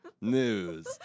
news